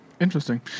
Interesting